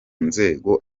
nzego